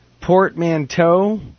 portmanteau